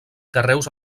carreus